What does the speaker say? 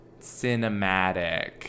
cinematic